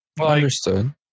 Understood